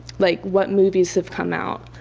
like what movies have come out?